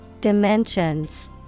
Dimensions